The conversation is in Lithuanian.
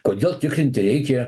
kodėl tikrinti reikia